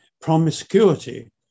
promiscuity